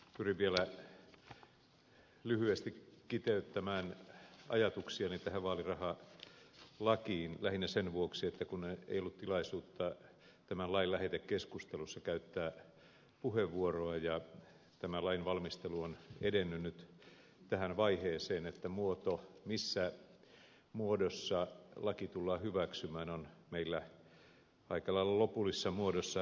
pyrin vielä lyhyesti kiteyttämään ajatuksiani tästä vaalirahalaista lähinnä sen vuoksi että kun ei ollut tilaisuutta tämän lain lähetekeskustelussa käyttää puheenvuoroa ja tämän lain valmistelu on edennyt nyt tähän vaiheeseen missä muodossa laki tullaan hyväksymään laki on meillä aika lailla lopullisessa muodossa käsillä